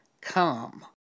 come